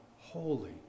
holy